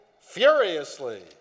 furiously